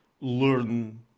learn